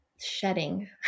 shedding